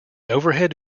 overhead